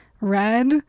red